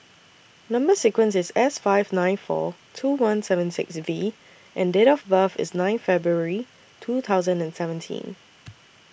Number sequence IS S five nine four two one seven six V and Date of birth IS nine February two thousand and seventeen